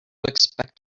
expect